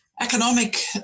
Economic